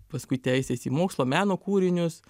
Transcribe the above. paskui teisės į mokslo meno kūrinius